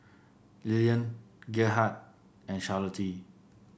Lillian Gerhardt and Charlottie